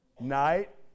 Night